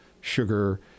sugar